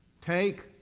take